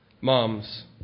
Moms